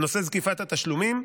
נושא זקיפת התשלומים,